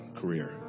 career